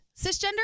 Cisgender